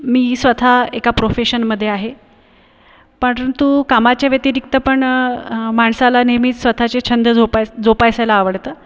मी स्वतः एका प्रोफेशनमध्ये आहे परंतु कामाच्या व्यतिरिक्त पण माणसाला नेहमी स्वतःचे छंद जोपा जोपासायला आवडतं